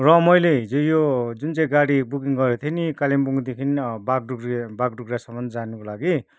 र मैले हिजो यो जुन चाहिँ गाड़ी बुकिङ गरेको थिएँ नि कालिम्पोङदेखि बागडोगरा बागडोग्रासम्म जानको लागि